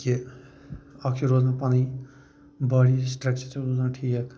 کہِ اَکھ چھِ روزان پَنٕنۍ باڈی سِٹرٛکچَر تہِ روزان ٹھیٖک